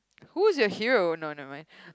who is your hero nah never mind